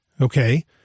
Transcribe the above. Okay